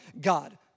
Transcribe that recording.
God